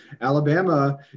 Alabama